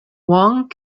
wang